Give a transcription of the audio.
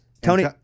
Tony